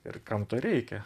ir kam to reikia